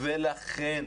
ולכן